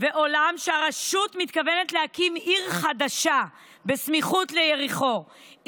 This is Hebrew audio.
ועולם שהרשות מתכוונת להקים עיר חדשה בסמיכות ליריחו,